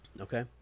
Okay